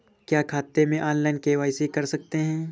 क्या खाते में ऑनलाइन के.वाई.सी कर सकते हैं?